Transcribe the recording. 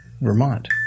Vermont